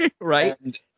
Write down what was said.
right